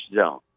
zone